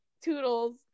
Toodles